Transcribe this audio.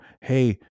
Hey